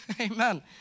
Amen